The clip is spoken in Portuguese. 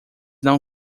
não